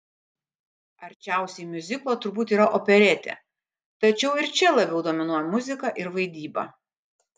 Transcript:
arčiausiai miuziklo turbūt yra operetė tačiau ir čia labiau dominuoja muzika ir vaidyba